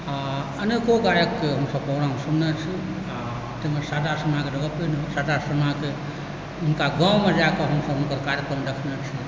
आओर अनेको गायकके हमसभ प्रोग्राम सुनने छी आओर ताहिमे शारदा सिन्हाके तऽ गप्पे नहि शारदा सिन्हाके हुनका गाममे जाकऽ हमसभ हुनकर कार्यक्रम देखने छी